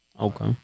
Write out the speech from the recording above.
okay